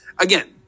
again